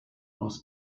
aus